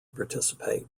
participate